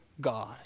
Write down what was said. God